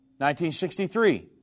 1963